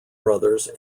brothers